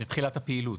לתחילת הפעילות.